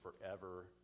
forever